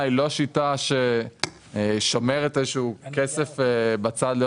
היא לא שיטה ששומרת איזה שהוא כסף בצד.